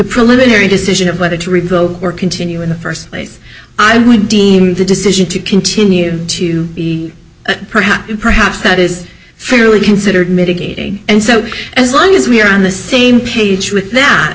preliminary decision of whether to revoke or continue in the first place i would deem the decision to continue to be perhaps perhaps that is fairly considered mitigating and so as long as we're on the same page with that